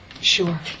Sure